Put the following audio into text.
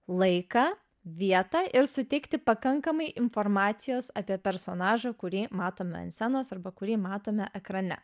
laiką vietą ir suteikti pakankamai informacijos apie personažą kurį matome ant scenos arba kurį matome ekrane